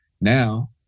now